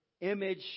image